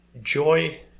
Joy